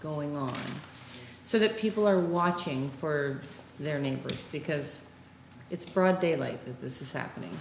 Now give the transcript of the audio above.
going on so that people are watching for their neighbors because it's broad daylight this is happening